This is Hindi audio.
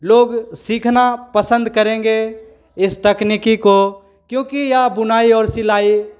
लोग सीखना पसंद करेंगे इस तकनीकी को क्योंकि यह बुनाई और सिलाई